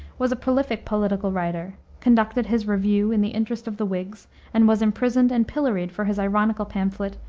was a prolific political writer, conducted his review in the interest of the whigs and was imprisoned and pilloried for his ironical pamphlet,